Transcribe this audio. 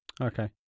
Okay